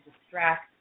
distract